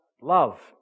love